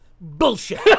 Bullshit